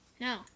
No